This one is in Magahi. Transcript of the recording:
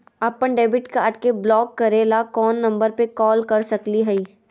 अपन डेबिट कार्ड के ब्लॉक करे ला कौन नंबर पे कॉल कर सकली हई?